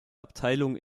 abteilung